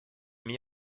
mis